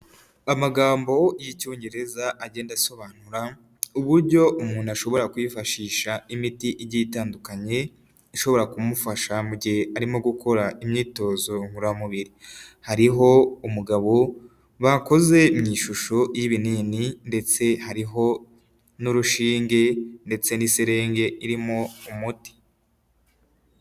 Amagambo y'icyongereza agenda asobanura uburyo umuntu ashobora kwifashisha imiti igiye itandukanye, ishobora kumufasha mu gihe arimo gukora imyitozo ngororamubiri. Hariho umugabo bakoze mu ishusho y'ibinini ndetse hariho n'urushinge ndetse n'iserenge irimo umuti.